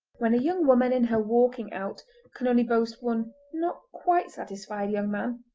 when a young woman in her walking out can only boast one not-quite-satisfied young man,